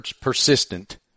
persistent